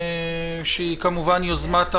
שהיא כמובן יוזמת הממשלה,